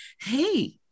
Hey